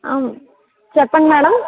చెప్పండి మేడమ్